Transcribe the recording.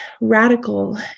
radical